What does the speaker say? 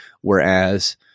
Whereas